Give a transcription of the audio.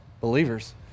believers